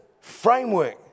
framework